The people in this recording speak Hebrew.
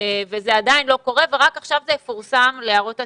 וזה עדיין לא קורה ורק עכשיו זה יפורסם להערות הציבור.